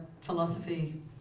philosophy